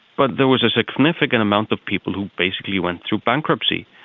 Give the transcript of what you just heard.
but there was a significant amount of people who basically went through bankruptcy.